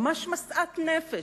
ממש משאת נפש.